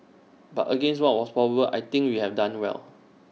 but against what was probable I think we have done well